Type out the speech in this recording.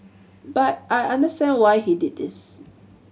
but I understand why he did this